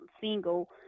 single